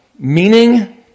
Meaning